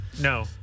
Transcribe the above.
No